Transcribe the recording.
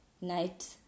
night